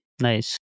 Nice